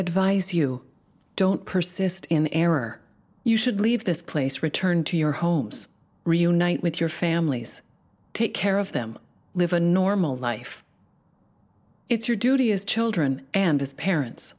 advise you don't persist in error you should leave this place return to your homes reunite with your families take care of them live a normal life it's your duty as children and as parents